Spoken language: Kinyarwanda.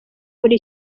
muri